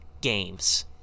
games